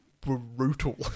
brutal